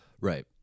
Right